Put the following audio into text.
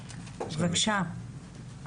בקשה,